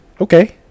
okay